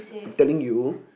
I'm telling you